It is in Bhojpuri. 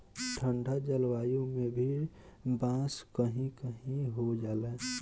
ठंडा जलवायु में भी बांस कही कही हो जाला